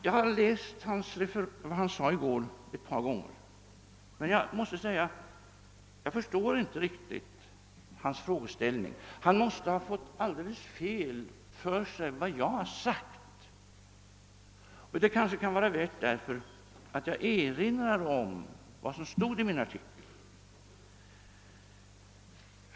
Jag har ett par gånger läst vad herr Wedén sade i går, men jag måste säga att jag inte riktigt förstår hans frågeställning. Han måste ha fått alldeles fel för sig vad jag har sagt. Det kanske därför kan vara värt att jag erinrar om vad som stod i min artikel.